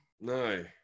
No